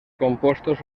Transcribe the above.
compostos